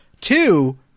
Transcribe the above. Two